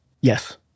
Yes